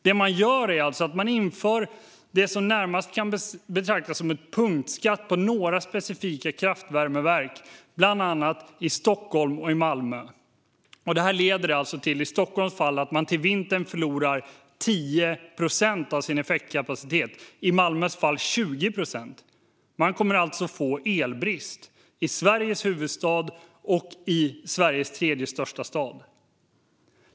Vad man gör är alltså att man inför vad som närmast kan betraktas som en punktskatt på några specifika kraftvärmeverk i bland annat Stockholm och Malmö. Det leder i Stockholms fall till att man till vintern förlorar 10 procent av sin effektkapacitet och i Malmös fall 20 procent. Man kommer alltså att få elbrist i Sveriges huvudstad och i Sveriges tredje största stad.